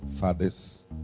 fathers